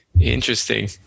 interesting